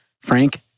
Frank